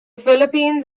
philippines